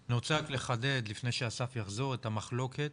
אני רוצה לחדד לפני שאסף יחזור את המחלוקת